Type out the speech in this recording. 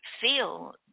feel